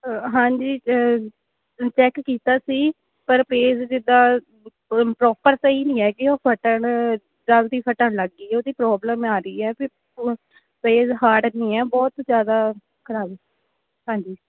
ਹਾਂਜੀ ਚੈੱਕ ਕੀਤਾ ਸੀ ਪਰ ਪੇਜ਼ ਜਿੱਦਾ ਪਰੋਪਰ ਸਹੀ ਨੀ ਹੈਗੇ ਉਹ ਫੱਟਣ ਜਲਦੀ ਫੱਟਣ ਲੱਗ ਗਏ ਉਹਦੀ ਪ੍ਰੋਬਲਮ ਆ ਰਹੀ ਹੈ ਫਿਰ ਉਹ ਪੇਜ਼ ਹਾਰਡ ਨਹੀਂ ਹੈ ਬਹੁਤ ਜ਼ਿਆਦਾ ਖ਼ਰਾਬ ਹੈ ਹਾਂਜੀ